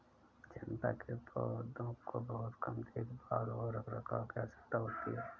चम्पा के पौधों को बहुत कम देखभाल और रखरखाव की आवश्यकता होती है